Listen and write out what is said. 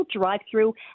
drive-through